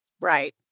Right